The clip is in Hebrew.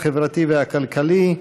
החברתי והכלכלי,